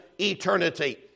eternity